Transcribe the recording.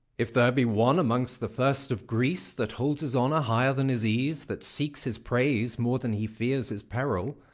if there be one among the fair'st of greece that holds his honour higher than his ease, that seeks his praise more than he fears his peril,